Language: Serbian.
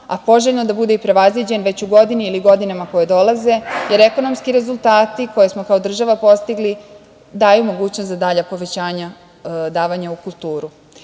a poželjno je da bude i prevaziđen već u godini ili godinama koje dolaze, jer ekonomski rezultati koje smo kao država postigli, daju mogućnost za dalja povećanja davanja u kulturu. Ni